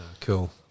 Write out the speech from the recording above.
Cool